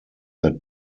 that